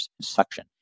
suction